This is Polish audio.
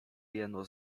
jeno